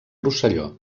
rosselló